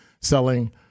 selling